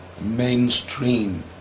mainstream